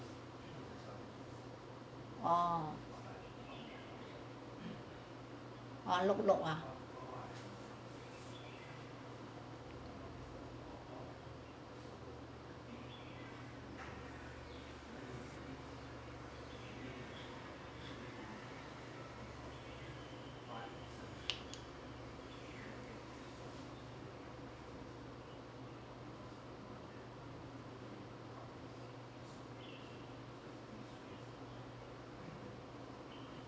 orh orh lok lok ah